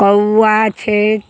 कौआ छथि